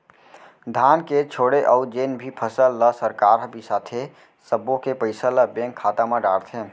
धान के छोड़े अउ जेन भी फसल ल सरकार ह बिसाथे सब्बो के पइसा ल बेंक खाता म डारथे